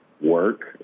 work